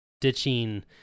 ditching